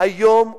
היום הוכח,